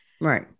right